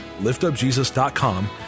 liftupjesus.com